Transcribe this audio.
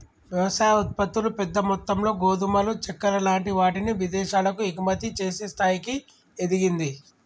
వ్యవసాయ ఉత్పత్తులు పెద్ద మొత్తములో గోధుమలు చెక్కర లాంటి వాటిని విదేశాలకు ఎగుమతి చేసే స్థాయికి ఎదిగింది